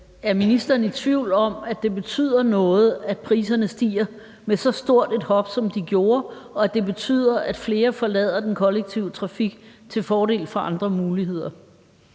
Er ministeren i tvivl om, at det betyder noget, at priserne stiger med så stort et hop, som de gjorde, og at det betyder, at flere forlader den kollektive trafik til fordel for andre muligheder?